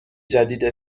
جدید